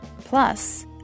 Plus